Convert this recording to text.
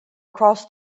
across